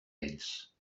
ells